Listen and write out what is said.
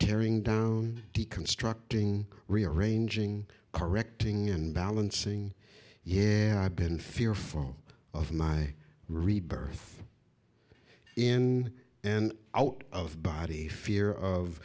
tearing down deconstructing rearranging correcting and balancing yes i've been fearful of my rebirth in and out of body fear of